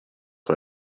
why